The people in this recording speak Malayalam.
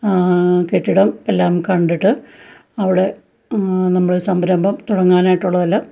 കെട്ടിടം എല്ലാം കണ്ടിട്ട് അവിടെ നമ്മള് സംരംഭം തുടങ്ങാനായിട്ടുള്ളതെല്ലാം